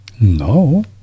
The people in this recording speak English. No